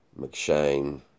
McShane